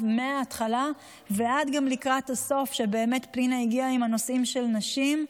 מההתחלה ועד לקראת הסוף: באמת פנינה הגיעה עם הנושאים של נשים,